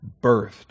birthed